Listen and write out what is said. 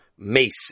Mace